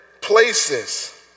places